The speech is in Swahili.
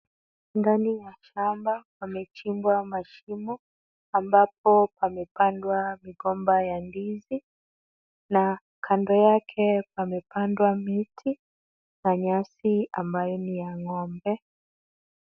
Ndani ya shamba pamechimbwa mashimo ambapo pamepandwa migomba ya ndizi na kando pamepandwa miti na nyasi ambayo ni ya ng'ombe.